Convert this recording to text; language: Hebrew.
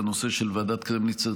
בנושא של ועדת קרמניצר.